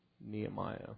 Nehemiah